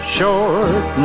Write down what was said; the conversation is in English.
Short